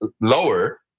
lower